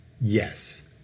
Yes